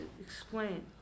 explain